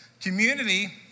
Community